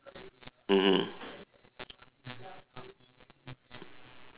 mmhmm